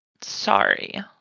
sorry